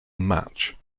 match